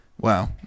Wow